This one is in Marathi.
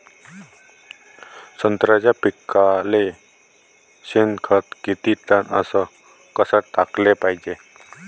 संत्र्याच्या पिकाले शेनखत किती टन अस कस टाकाले पायजे?